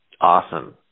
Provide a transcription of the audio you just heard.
awesome